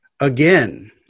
again